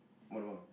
what lobang